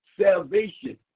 salvation